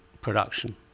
production